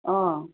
অঁ